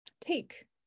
take